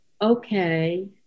Okay